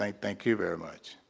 ah thank you very much.